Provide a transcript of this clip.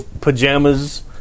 pajamas